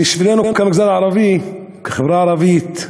בשבילנו, כמגזר הערבי, כחברה ערבית,